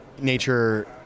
nature